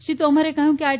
શ્રી તોમરે કહ્યું કે આઇ